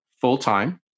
full-time